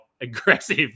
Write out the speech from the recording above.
aggressive